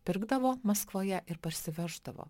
pirkdavo maskvoje ir parsiveždavo